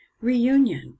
reunion